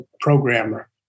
programmer